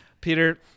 Peter